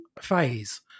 phase